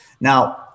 Now